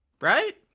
Right